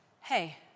hey